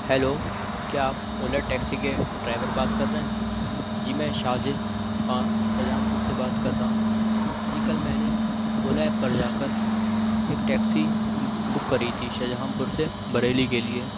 hello کیا آپ Ola taxi کے ڈرائیور بات کر رہے ہیں جی میں شاہزیب خاں شاہجہاں پور سے بات کر رہا ہوں جی کل میں نے اولا ایپ پر جا کر ایک ٹیکسی بک کری تھی شاہجہاں پور سے بریلی کے لیے